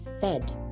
fed